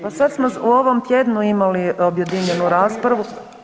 Pa sad smo u ovom tjednu imali objedinjenu raspravu.